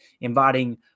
inviting